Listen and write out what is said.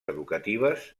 educatives